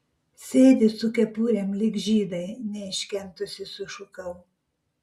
sėdi su kepurėm lyg žydai neiškentusi sušukau